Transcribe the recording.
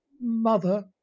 mother